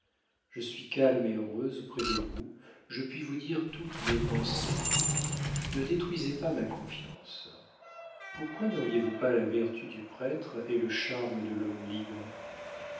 je suis calme et heureuse près de vous je puis vous dire toutes mes pensées ne détruisez pas ma confiance pourquoi n'auriez-vous pas la vertu du prêtre et le charme de l'homme libre